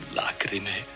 lacrime